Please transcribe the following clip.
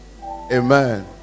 Amen